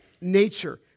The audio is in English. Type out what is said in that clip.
nature